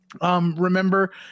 Remember